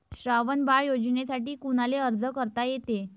श्रावण बाळ योजनेसाठी कुनाले अर्ज करता येते?